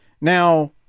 Now